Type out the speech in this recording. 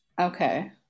okay